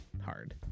hard